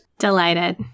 Delighted